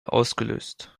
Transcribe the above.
ausgelöst